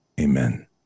amen